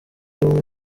rumwe